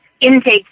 intake